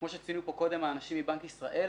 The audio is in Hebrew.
כמו שציינו כאן קודם אנשי בנק ישראל,